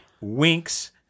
winks